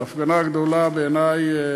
ההפגנה הגדולה בעיני,